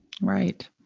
Right